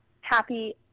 happy